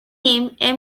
name